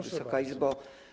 Wysoka Izbo!